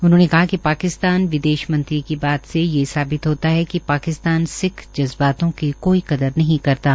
उन्होंने कहा कि पाकिस्तान विदेश मंत्री की बात से यह साबित होता है कि पाकिस्तान सिख जज्बातों की कोई कदर नहीं करता है